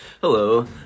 Hello